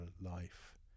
life